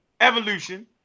evolution